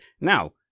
Now